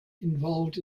involved